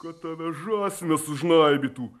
kad tave žąsinas sužnaibytų